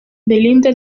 belinda